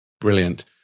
Brilliant